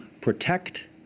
protect